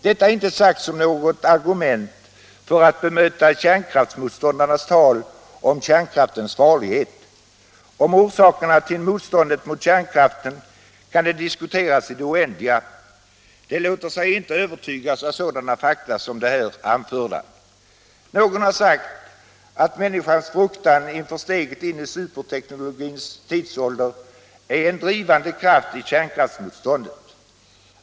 Detta inte sagt som något argument för att bemöta kärnkraftsmotståndarnas tal om kärnkraftens farlighet. Om orsakerna till motståndet mot kärnkraften kan man diskutera i det oändliga. Kärnkraftsmotståndarna låter sig inte övertygas av sådana fakta som de här anförda. Någon har sagt att människans fruktan inför steget in i superteknologins tidsålder är en drivande kraft i kärnkraftsmotståndet.